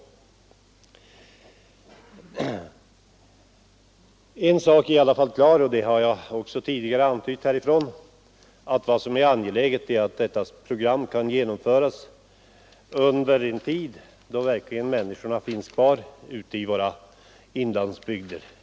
En sak är i alla fall klar — och det har jag också tidigare antytt härifrån — nämligen att det är angeläget att detta program kan genomföras i en tid när det fortfarande finns människor kvar i inlandet.